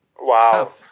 wow